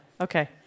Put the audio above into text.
Okay